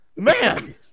Man